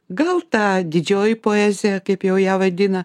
gal ta didžioji poezija kaip jau ją vadina